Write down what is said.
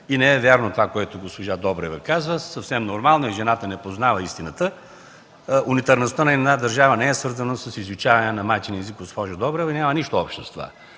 г. Не е вярно това, което каза госпожа Добрева – съвсем нормално е, жената не познава истината, унитарността на една държава не е свързана с изучаването на майчин език, госпожо Добрева, няма нищо общо с това.